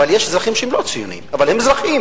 אבל יש אזרחים שהם לא ציונים אבל הם אזרחים.